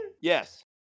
Yes